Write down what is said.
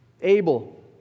Abel